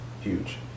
huge